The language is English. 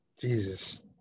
Jesus